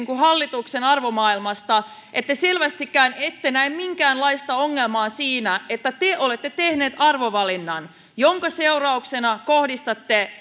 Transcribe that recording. kuin hallituksen arvomaailmasta että selvästikään ette näe minkäänlaista ongelmaa siinä että te olette tehneet arvovalinnan jonka seurauksena kohdistatte